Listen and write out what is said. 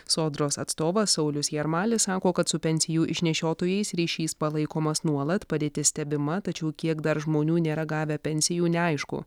sodros atstovas saulius jarmalis sako kad su pensijų išnešiotojais ryšys palaikomas nuolat padėtis stebima tačiau kiek dar žmonių nėra gavę pensijų neaišku